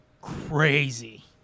crazy